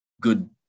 good